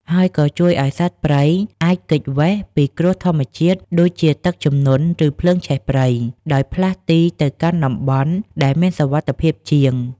ហើយក៏ជួយឱ្យសត្វព្រៃអាច គេចវេសពីគ្រោះធម្មជាតិ ដូចជាទឹកជំនន់ ឬភ្លើងឆេះព្រៃ ដោយផ្លាស់ទីទៅកាន់តំបន់ដែលមានសុវត្ថិភាពជាង។